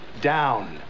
down